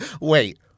Wait